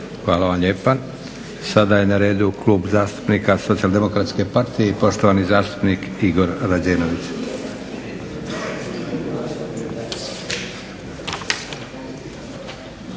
Hvala lijepa. Sada je na redu Klub zastupnika Socijaldemokratske partije i poštovani zastupnik Igor Rađenović.